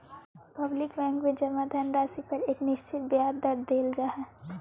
public bank में जमा धनराशि पर एक निश्चित ब्याज दर देल जा हइ